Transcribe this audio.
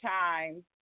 time